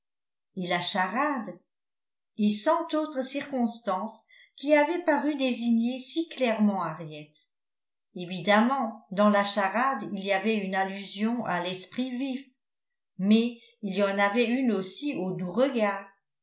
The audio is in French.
et la charade et cent autres circonstances qui avaient paru désigner si clairement harriet évidemment dans la charade il y avait une allusion à l'esprit vif mais il y en avait une aussi au doux regard